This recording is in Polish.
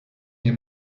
nie